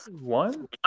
One